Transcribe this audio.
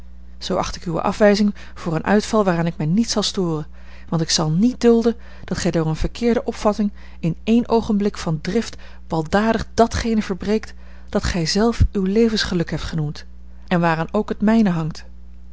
zoo acht ik uwe afwijzing voor een uitval waaraan ik mij niet zal storen want ik zal niet dulden dat gij door eene verkeerde opvatting in een oogenblik van drift baldadig dàtgene verbreekt dat gij zelf uw levensgeluk hebt genoemd en waaraan ook het mijne hangt